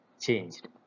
changed